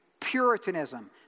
Puritanism